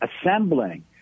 assembling